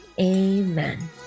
Amen